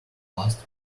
last